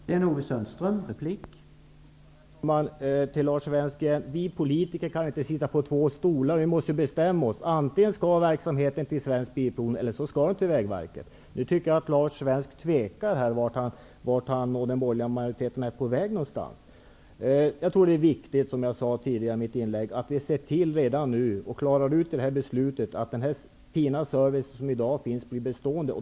Herr talman! Jag vill säga till Lars Svensk att vi politiker inte kan sitta på två stolar samtidigt. Vi måste bestämma oss. Antingen skall verksamheten till Svensk Bilprovning eller också skall den till Vägverket. Jag tycker att Lars Svensk tvekar om vart han och den borgerliga majoriteten är på väg. Som jag sade tidigare är det viktigt att vi redan nu klarar ut detta och ser till att den fina service som i dag finns blir bestående.